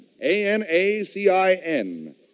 A-N-A-C-I-N